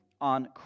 on